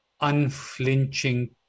unflinching